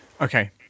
Okay